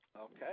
Okay